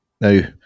now